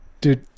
Dude